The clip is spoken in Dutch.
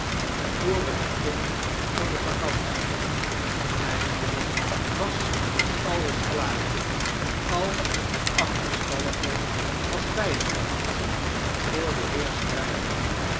voor het begin van de vacantie eindelijk was alles klaar al het achterstallige was bij gewerkt voor den heer